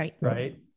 Right